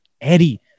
Eddie